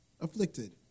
Afflicted